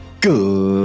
Good